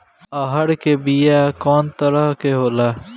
अरहर के बिया कौ तरह के होला?